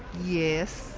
yes,